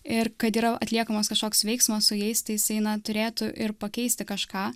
ir kad yra atliekamas kažkoks veiksmas su jais tai jisai na turėtų ir pakeisti kažką